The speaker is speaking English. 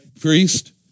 priest